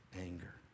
anger